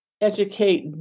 educate